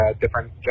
different